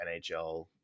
NHL